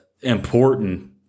important